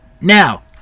now